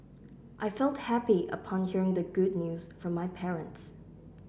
I felt happy upon hearing the good news from my parents